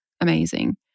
amazing